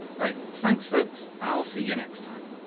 right. thanks folks, i'll see you next time.